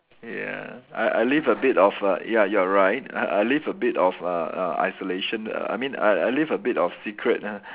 ya I I leave a bit of uh ya you're right I I leave a bit of uh uh isolation uh I mean I I leave a bit of secret ah